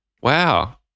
Wow